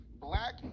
Black